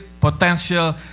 potential